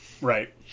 right